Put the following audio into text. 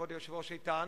כבוד היושב-ראש איתן,